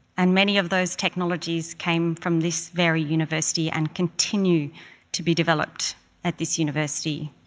and many of those technologies came from this very university and continue to be developed at this university.